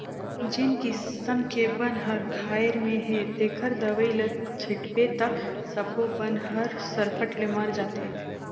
जेन किसम के बन हर खायर में हे तेखर दवई ल छिटबे त सब्बो बन हर सरपट ले मर जाथे